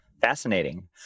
Fascinating